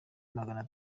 namagana